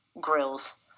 grills